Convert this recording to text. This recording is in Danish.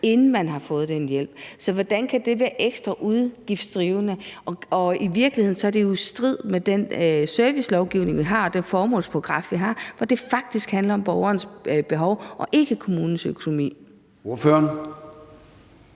inden man har fået den hjælp. Så hvordan kan det være ekstra udgiftsdrivende? I virkeligheden er det jo i strid med den servicelovgivning, vi har, og den formålsparagraf, vi har, hvor det faktisk handler om borgerens behov og ikke kommunens økonomi. Kl.